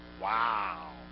Wow